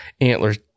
antlers